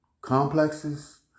complexes